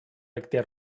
ekde